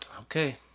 Okay